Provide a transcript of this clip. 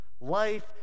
Life